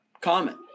comment